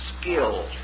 skill